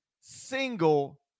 single